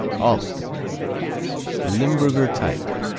austria limburger type.